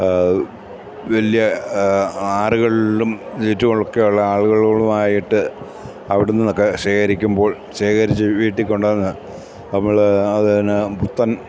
വലിയ ആറുകളിലും ചുറ്റുമൊക്കെയുള്ള ആളുകളോടുമായിട്ട് അവിടെനിന്നൊക്കെ ശേഖരിക്കുമ്പോൾ ശേഖരിച്ച് വീട്ടില് കൊണ്ടുവന്ന് നമ്മളതിന് പുത്തൻ